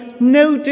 no